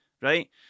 right